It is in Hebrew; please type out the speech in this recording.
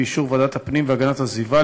באישור ועדת הפנים והגנת הסביבה,